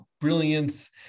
brilliance